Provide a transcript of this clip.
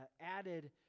added